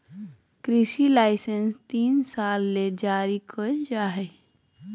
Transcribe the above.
कृषि लाइसेंस तीन साल ले जारी कइल जा हइ